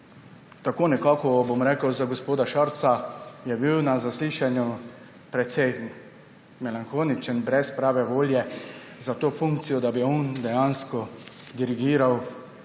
Tako nekako bom rekel za gospoda Šarca, na zaslišanju je bil precej melanholičen, brez prave volje za to funkcijo, da bi on dejansko dirigiral